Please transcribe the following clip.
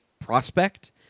prospect